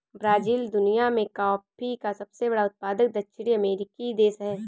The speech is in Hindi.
ब्राज़ील दुनिया में कॉफ़ी का सबसे बड़ा उत्पादक दक्षिणी अमेरिकी देश है